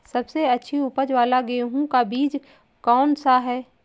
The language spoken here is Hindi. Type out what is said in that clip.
सबसे अच्छी उपज वाला गेहूँ का बीज कौन सा है?